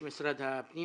הפנים.